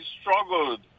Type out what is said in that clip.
struggled